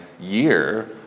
year